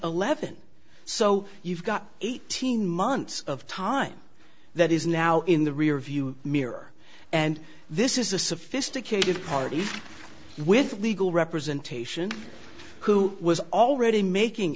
eleven so you've got eighteen months of time that is now in the rearview mirror and this is a sophisticated party with legal representation who was already making